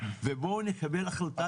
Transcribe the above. ובואו נקבל החלטה לשנות כיוון?